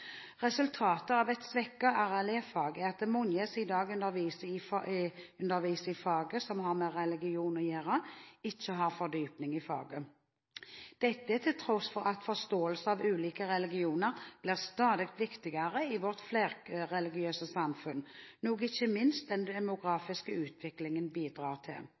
Resultatet av et svekket RLE-fag er at mange som i dag underviser i fag som har med religion å gjøre, ikke har fordypning i faget, til tross for at forståelse av ulike religioner blir stadig viktigere i vårt flerreligiøse samfunn, noe ikke minst den demografiske utviklingen bidrar til.